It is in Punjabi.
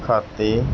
ਖਾਤੇ